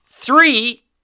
Three